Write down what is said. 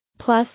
Plus